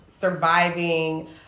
surviving